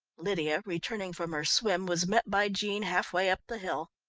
lydia, returning from her swim, was met by jean half-way up the hill.